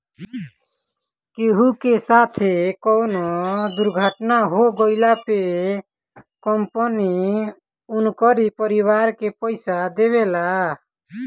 केहू के साथे कवनो दुर्घटना हो गइला पे कंपनी उनकरी परिवार के पईसा देवेला